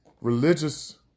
religious